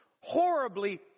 horribly